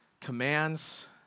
Commands